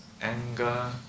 anger